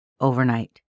overnight